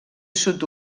sud